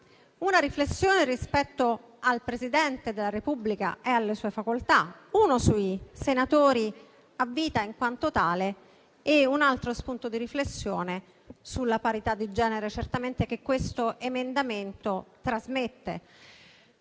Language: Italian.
una riflessione rispetto al Presidente della Repubblica e alle sue facoltà; una sui senatori a vita in quanto tali e un altro spunto di riflessione sulla parità di genere che questo emendamento trasmette.